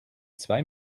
zwei